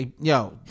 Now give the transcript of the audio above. Yo